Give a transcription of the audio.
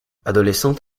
adolescente